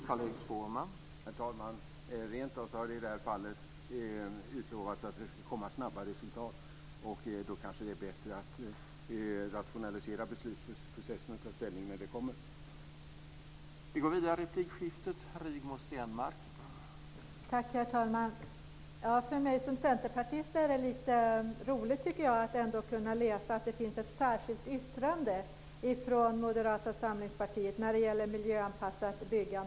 Herr talman! Rentav har det i det här fallet utlovats att det ska komma snabba resultat. Då kanske det är bättre att rationalisera beslutsprocessen och ta ställning när de kommer.